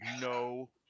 no